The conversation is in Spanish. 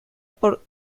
por